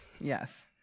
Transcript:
Yes